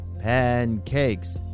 pancakes